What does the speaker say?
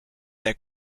that